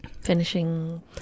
finishing